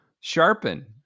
Sharpen